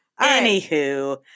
Anywho